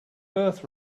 birth